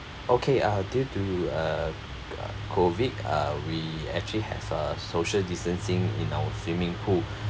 okay uh due to uh uh COVID uh we actually have uh social distancing in our swimming pool